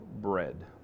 bread